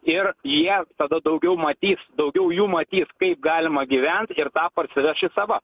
ir jie tada daugiau matys daugiau jų matys kaip galima gyventi ir tą parsiveš į sava